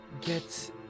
get